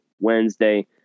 Wednesday